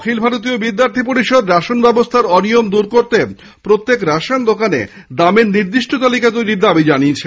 অখিল Bharatiya Vidyarthi Parishad ration ব্যবস্থায় অনিয়ম দুর করতে প্রতিটি রেশন দোকানে দামের নির্দিষ্ট তালিকা তৈরির দাবি জানিয়েছে